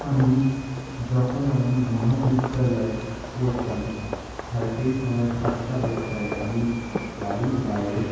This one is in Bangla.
আমি যখন আমি মহাবিদ্যালয়ে পড়তাম সেইসময় ছাত্রাবস্থায় আমি বাড়ির বাইরে